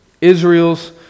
Israel's